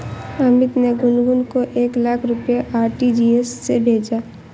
अमित ने गुनगुन को एक लाख रुपए आर.टी.जी.एस से भेजा